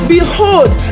Behold